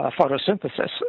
photosynthesis